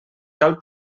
cal